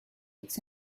it’s